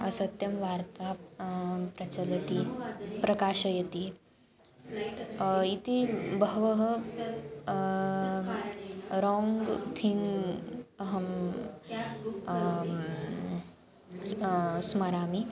असत्यं वार्ता प्रचलति प्रकाशयन्ति इति बहवः राङ्ग् थिङ्ग् अहं स्मरामि स्मरामि